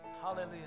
Hallelujah